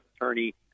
attorney